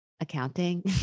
Accounting